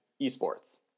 eSports